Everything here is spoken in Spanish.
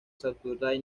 saturday